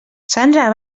sandra